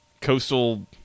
coastal